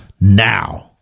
now